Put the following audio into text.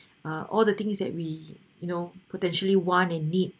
ah all the things that we you know potentially want and need